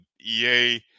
EA